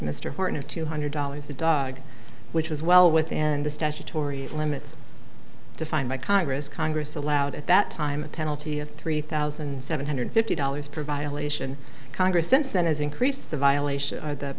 mr horton of two hundred dollars a dog which was well within the statutory limits defined by congress congress allowed at that time a penalty of three thousand seven hundred fifty dollars per violation congress since then has increased the violation of the